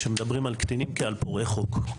כשמדברים על קטינים כעל פורעי חוק.